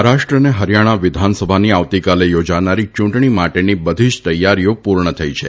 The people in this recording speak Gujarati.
મહારાષ્ટ્ર અને હરીથાણા વિધાનસભાની આવતીકાલે યોજાનારી ચુંટણી માટેની બધી જ તૈયારીઓ પૂર્ણ થઇ છે